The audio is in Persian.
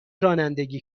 رانندگی